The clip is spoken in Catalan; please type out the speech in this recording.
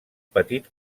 petit